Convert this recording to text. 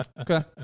Okay